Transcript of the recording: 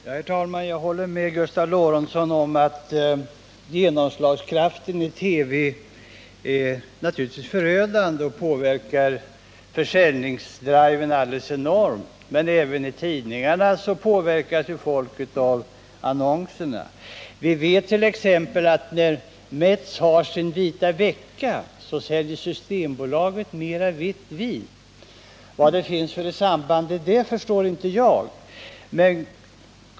Herr talman! Jag håller med Gustav Lorentzon om att genomslagskraften i TV naturligtvis är förödande och att den i hög grad påverkar en försäljningsdrive. Men folk påverkas ju också av annonser genom tidningarna. Vi vet t.ex. att Systembolaget säljer mer vitt vin när Meeths har sin vita vecka. Jag förstår inte vad det finns för samband här.